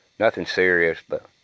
nothing serious, but,